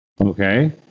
Okay